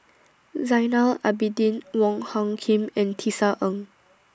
Zainal Abidin Wong Hung Khim and Tisa Ng